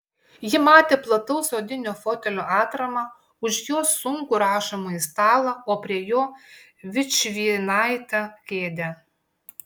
ji matė plataus odinio fotelio atramą už jos sunkų rašomąjį stalą o prie jo vičvienaitę kėdę